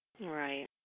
Right